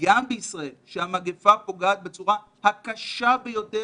גם בישראל שהמגיפה פוגעת בצורה הקשה ביותר